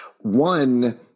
one